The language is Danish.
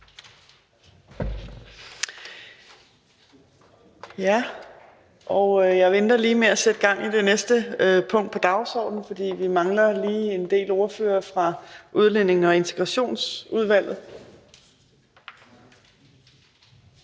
Jeg venter lige med at sætte gang i det næste punkt på dagsordenen, for vi mangler en del ordførere fra Udlændinge- og Integrationsudvalget.